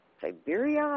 Siberia